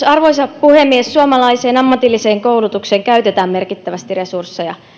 arvoisa puhemies suomalaiseen ammatilliseen koulutukseen käytetään merkittävästi resursseja yksi